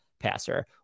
passer